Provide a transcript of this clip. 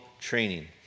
training